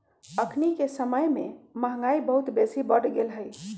अखनिके समय में महंगाई बहुत बेशी बढ़ गेल हइ